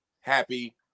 happy